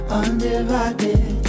undivided